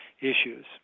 issues